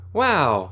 wow